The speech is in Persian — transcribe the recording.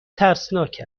ترسناک